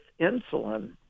insulin